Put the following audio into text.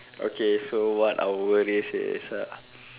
okay so what our worries is uh